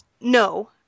No